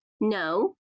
no